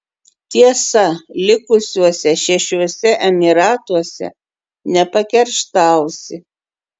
tiesa likusiuose šešiuose emyratuose nepakerštausi